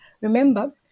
Remember